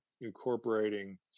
incorporating